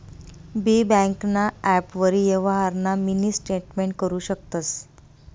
बी ब्यांकना ॲपवरी यवहारना मिनी स्टेटमेंट करु शकतंस